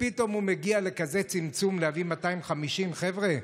ופתאום הוא מגיע לצמצום כזה, להביא 250. חבר'ה,